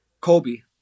Colby